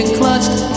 clutched